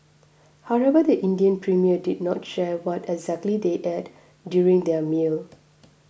however the Indian Premier did not share what exactly they ate during their meal